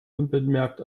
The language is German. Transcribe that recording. unbemerkt